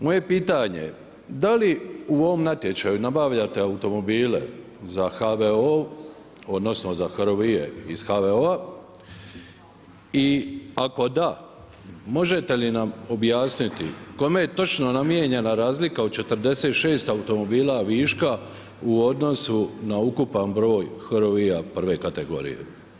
Moje pitanje, da li u ovom natječaju nabavljate automobile za HVO, odnosno, za HRVI iz HVO-a i ako da možete li nam objasniti kome točno je namjenjena razlika od 46 automobila viška u odnosu na ukupan broj HRVIA prve kategorije.